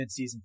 midseason